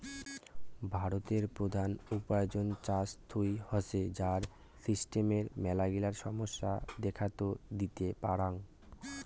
ভারতের প্রধান উপার্জন চাষ থুই হসে, যার সিস্টেমের মেলাগিলা সমস্যা দেখাত দিতে পারাং